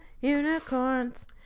Unicorns